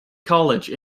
college